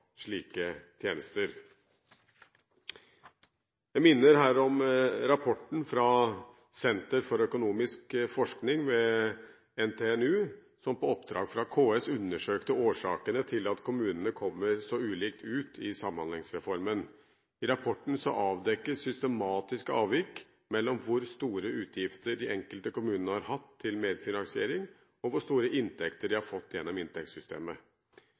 slike tjenester. Jeg minner her om rapporten fra Senter for økonomisk forskning ved NTNU som på oppdrag fra KS undersøkte årsakene til at kommunene kommer så ulikt ut i Samhandlingsreformen. I rapporten avdekkes systematiske avvik mellom hvor store utgifter de enkelte kommunene har hatt til medfinansiering, og hvor store inntekter de har fått gjennom inntektssystemet.